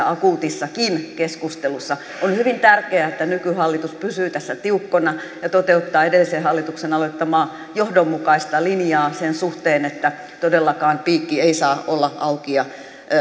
akuutissakin keskustelussa on hyvin tärkeää että nykyhallitus pysyy tässä tiukkana ja toteuttaa edellisen hallituksen aloittamaa johdonmukaista linjaa sen suhteen että todellakaan piikki ei saa olla auki ja